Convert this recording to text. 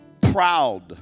proud